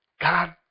God